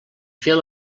fer